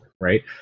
right